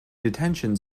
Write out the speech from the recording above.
detention